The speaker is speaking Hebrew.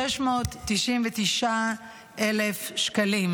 ו-699,000 שקלים.